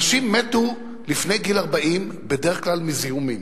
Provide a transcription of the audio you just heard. אנשים מתו לפני גיל 40, בדרך כלל מזיהומים.